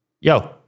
Yo